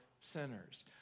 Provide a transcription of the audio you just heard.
sinners